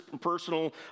personal